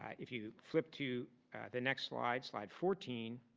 if you flip to the next slide, slide fourteen,